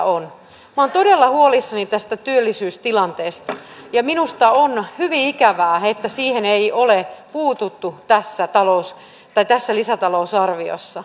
minä olen todella huolissani tästä työllisyystilanteesta ja minusta on hyvin ikävää että siihen ei ole puututtu tässä lisätalousarviossa